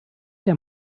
der